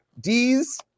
D's